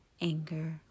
anger